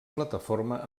plataforma